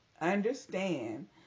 understand